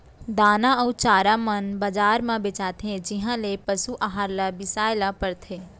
दाना अउ चारा मन बजार म बेचाथें जिहॉं ले पसु अहार ल बिसाए ल परथे